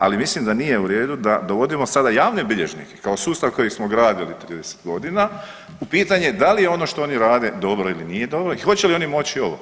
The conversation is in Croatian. Ali mislim da nije u redu da dovodimo sada javne bilježnike kao sustav koji smo gradili 30 godina u pitanje, da li je ono što oni rade dobro ili nije dobro i hoće li oni moći ovo.